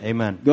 Amen